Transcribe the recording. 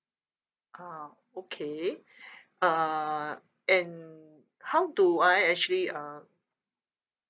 ah okay uh and how do I actually uh